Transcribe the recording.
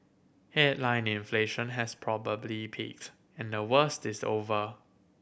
headline inflation has probably peaked and the worst is over